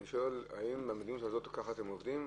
אני שואל, האם ככה אתם עובדים?